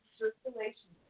circulation